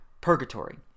purgatory